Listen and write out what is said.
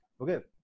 Okay